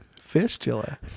Fistula